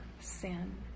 sin